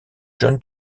john